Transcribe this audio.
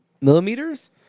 millimeters